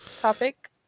topic